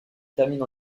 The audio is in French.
termine